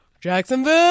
Jacksonville